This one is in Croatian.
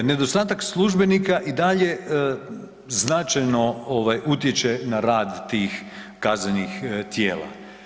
Nedostatak službenika i dalje značajno ovaj utječe na rad tih kaznenih tijela.